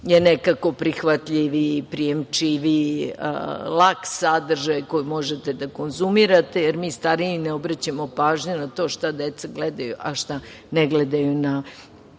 je nekako prihvatljiviji, prijemčiviji, lak sadržaj koji možete da konzumirate, jer mi stariji ne obraćao pažnju na to šta deca gledaju, a šta ne gledaju na